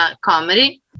comedy